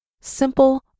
Simple